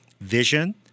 vision